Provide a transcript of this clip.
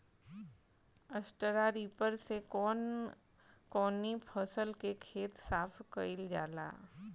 Straw reaper से कवन कवनी फसल के खेत साफ कयील जाला?